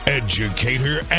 educator